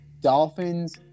Dolphins